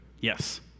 Yes